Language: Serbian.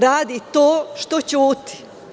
Radi to što ćuti.